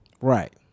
Right